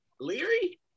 Leary